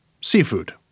seafood